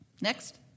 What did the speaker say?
Next